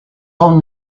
own